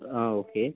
ആ ഓക്കെ